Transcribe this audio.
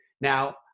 Now